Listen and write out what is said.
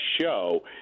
show